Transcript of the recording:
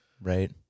Right